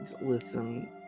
listen